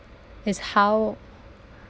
is how